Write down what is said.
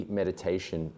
meditation